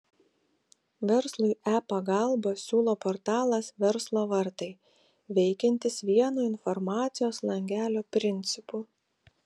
verslui e pagalbą siūlo portalas verslo vartai veikiantis vieno informacijos langelio principu